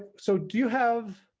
so do you have